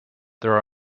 there